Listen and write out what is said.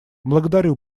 благодарю